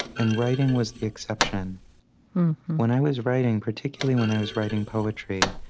and writing was the exception when i was writing, particularly when i was writing poetry,